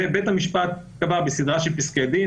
ובית המשפט קבע בסדרה של פסקי דין